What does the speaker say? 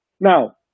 Now